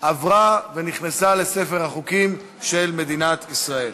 עברה, ותיכנס לספר החוקים של מדינת ישראל.